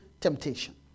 temptation